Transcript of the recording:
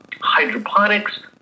hydroponics